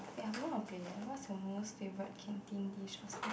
ya I forgot how to play eh what your most favourite canteen dish was at